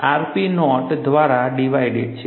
rp નૉટ દ્વારા divided છે